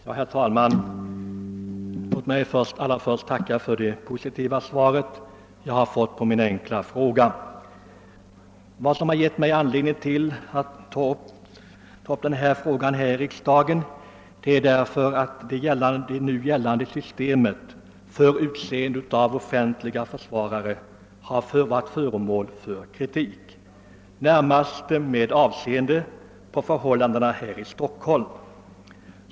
Herr talman! Låt mig först tacka för det positiva svar jag har fått på min enkla fråga. Vad som givit mig anledning till att ta upp detta problem här i riksdagen är att det nu gällande systemet för utseende av offentlig försvarare har varit föremål för kritik, närmast med tanke på förhållandena i Stockholm.